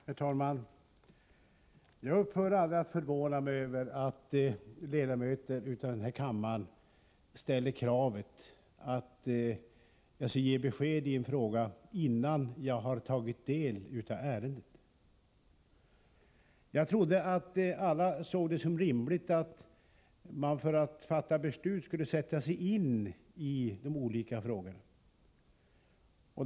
Herr talman! Jag upphör aldrig att förvåna mig över att ledamöter av denna kammare ställer kravet att jag skall ge besked i olika frågor innan jag tagit del av ärendena. Jag trodde att alla såg det som rimligt att man för att fatta beslut skall sätta sig in i de olika frågorna.